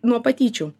nuo patyčių